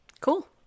Cool